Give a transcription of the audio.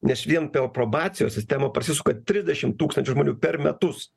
nes vien per probacijos sistemą prasisuka trisdešim tūkstančių žmonių per metus